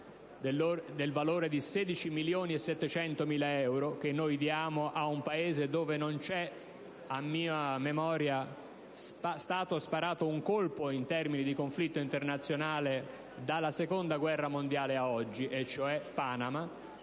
del valore di 16.700.000 euro che noi diamo ad un Paese in cui, a mia memoria, non è stato sparato un colpo, in termini di conflitto internazionale, dalla Seconda guerra mondiale ad oggi, cioè Panama.